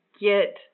get